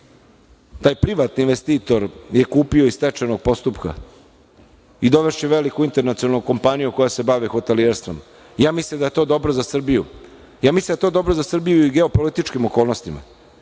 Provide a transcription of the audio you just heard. Taj privatni investitor je kupio iz stečajnog postupka i dovešće veliku internacionalnu kompaniju koja se bavi hotelijerstvom. Mislim da je to dobro za Srbiju, mislim da je to dobro za Srbiju i u geopolitičkim okolnostima.